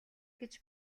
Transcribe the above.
гэж